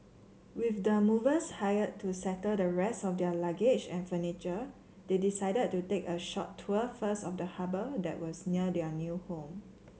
with the movers hired to settle the rest of their luggage and furniture they decided to take a short tour first of the harbour that was near their new home